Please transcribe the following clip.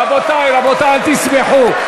רבותי, רבותי, אל תשמחו.